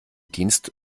dienst